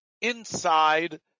inside